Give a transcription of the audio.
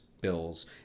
bills